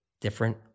different